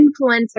influencer